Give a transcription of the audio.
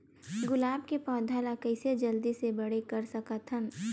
गुलाब के पौधा ल कइसे जल्दी से बड़े कर सकथन?